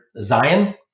Zion